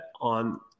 on